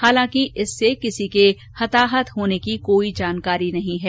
हालाकि इससे किसी के हताहत होने की कोई जानकारी नहीं है